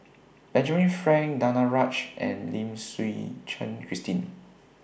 Benjamin Frank Danaraj and Lim Suchen Christine